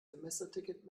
semesterticket